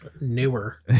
Newer